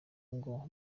ngo